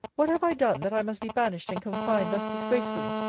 what have i done, that i must be banished and confined thus disgracefully?